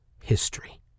history